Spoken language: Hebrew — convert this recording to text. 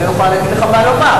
אני לא יכולה להגיד לך מה לומר.